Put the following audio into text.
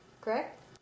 correct